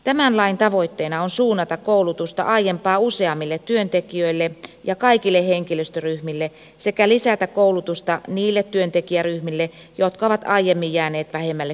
tämän lain tavoitteena on suunnata koulutusta aiempaa useammille työntekijöille ja kaikille henkilöstöryhmille sekä lisätä koulutusta niille työntekijäryhmille jotka ovat aiemmin jääneet vähemmälle koulutukselle